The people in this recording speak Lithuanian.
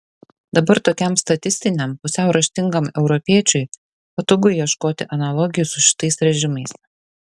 dabar tokiam statistiniam pusiau raštingam europiečiui patogu ieškoti analogijų su šitais režimais